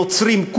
נוצרים,